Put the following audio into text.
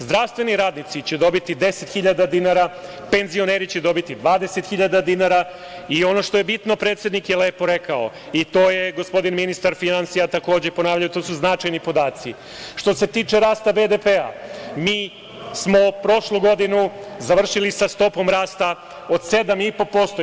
Zdravstveni radnici će dobiti 10.000 dinara, penzioneri će dobiti 20.000 dinara i ono što je bitno, predsednik je lepo rekao i to je gospodin ministar finansija takođe ponavljao i to su značajni podaci, što se tiče rasta BDP mi smo prošlu godinu završili sa stopom rasta od 7,5%